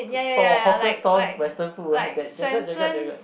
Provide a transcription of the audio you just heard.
stall hawker stall western food have that jagged jagged jagged